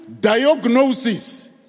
diagnosis